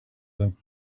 them